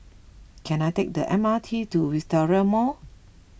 can I take the M R T to Wisteria Mall